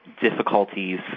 difficulties